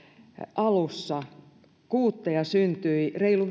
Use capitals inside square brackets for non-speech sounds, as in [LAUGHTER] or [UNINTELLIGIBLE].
alussa kuutteja syntyi keskimäärin reilu [UNINTELLIGIBLE]